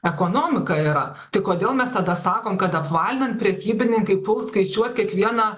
ekonomika yra tai kodėl mes tada sakom kad apvalinant prekybininkai puls skaičiuot kiekvieną